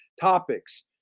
topics